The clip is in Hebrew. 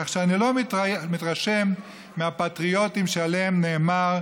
כך שאני לא מתרשם מהפטריוטים, שעליהם נאמר: